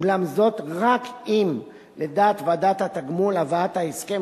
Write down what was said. אולם זאת רק אם לדעת ועדת התגמול הבאת ההסכם